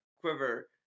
quiver